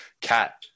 cat